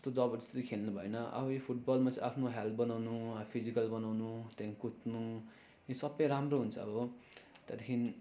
कस्तो जबरजस्ती खेल्नु भएन अब यो फुटबलमा चाहिँ आफ्नो हेल्थ बनाउनु फिजिकल बनाउनु त्यहाँदेखि कुद्नु यो सबै राम्रो हुन्छ अब त्यहाँदेखि